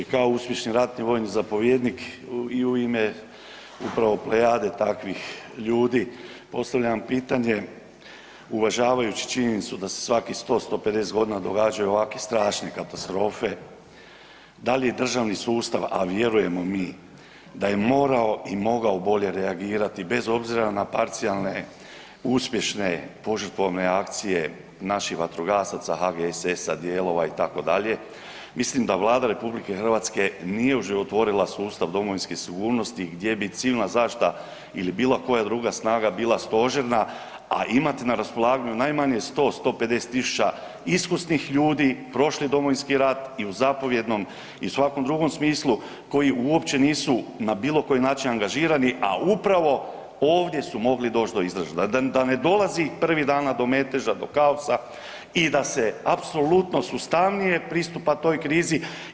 Kao uspješni ratni vojni zapovjednik i u ime upravo plejade takvih ljudi postavljam čitanje uvažavajući činjenicu da se svakih 100, 150 godina događaju ovakve strašne katastrofe, da li je državni sustav, a vjerujemo mi da je morao i mogao bolje reagirati bez obzira na parcijalne uspješne požrtvovne akcije naših vatrogasaca, HGSS-a dijelova itd., mislim da Vlada RH nije oživotvorila sustav domovinske sigurnosti gdje bi civilna zaštita ili bilo koja druga snaga bila stožerna, a imati na raspolaganju najmanje 100, 150.000 iskusnih ljudi, prošli Domovinski rat i u zapovjednom i u svakom drugom smislu koji uopće nisu na bilo koji način angažirani, a upravo ovdje su mogli doći do izražaja, da ne dolazi prvih dana do meteže do kaosa i da se apsolutno sustavnije pristupa toj krizi.